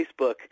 Facebook